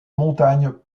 montagnes